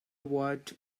vat